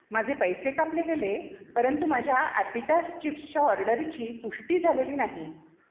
माझे पैसे कापले गेले परंतु माझ्या ॲपिटास चिप्सच्या ऑर्डरीची पुष्टी झालेली नाही